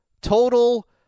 total